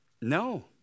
no